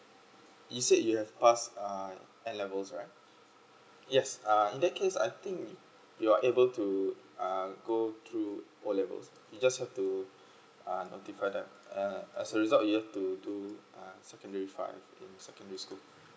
you said you have passed uh N levels right yes err in that case I think you're able to uh go through O level you just have to uh notify them uh as a result you have to do uh secondary five in secondary school